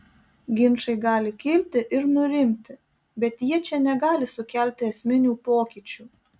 ginčai gali kilti ir nurimti bet jie čia negali sukelti esminių pokyčių